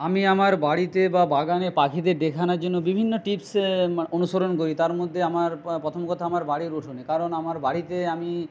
আমি আমার বাড়িতে বা বাগানে পাখিদের দেখানোর জন্য বিভিন্ন টিপস অনুসরণ করি তার মধ্যে আমার প্রথম কথা আমার বাড়ির উঠোনে কারণ আমার বাড়িতে আমি